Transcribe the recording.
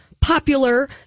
popular